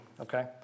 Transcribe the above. okay